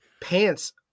Pants